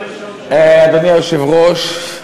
אדוני היושב-ראש,